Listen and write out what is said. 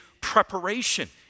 preparation